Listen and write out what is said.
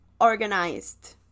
organized